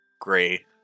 gray